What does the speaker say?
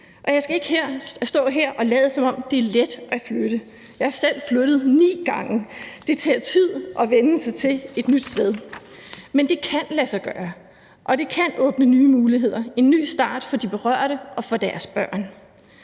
Jeg skal ikke stå her og lade, som om det er let at flytte. Jeg er selv flyttet ni gange. Det tager tid at vænne sig til et nyt sted. Men det kan lade sig gøre, og det kan åbne nye muligheder, en ny start for de berørte og for deres børn.